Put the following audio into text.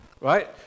right